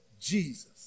Jesus